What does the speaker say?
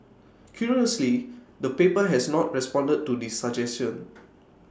curiously the paper has not responded to this suggestion